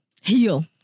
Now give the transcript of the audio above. Heal